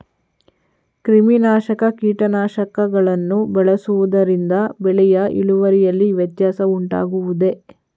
ಕ್ರಿಮಿನಾಶಕ ಕೀಟನಾಶಕಗಳನ್ನು ಬಳಸುವುದರಿಂದ ಬೆಳೆಯ ಇಳುವರಿಯಲ್ಲಿ ವ್ಯತ್ಯಾಸ ಉಂಟಾಗುವುದೇ?